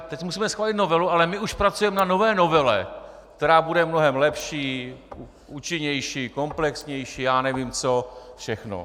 Teď musíme schválit novelu, ale my už pracujeme na nové novele, která bude mnohem lepší, účinnější, komplexnější a já nevím co všechno.